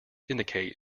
indicate